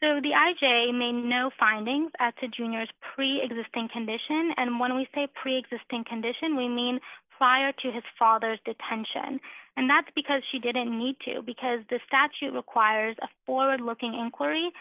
so the i j a may know findings as to junior's preexisting condition and when we say preexisting condition we mean prior to his father's detention and that's because she didn't need to because the statute requires a forward looking inquiry